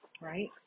right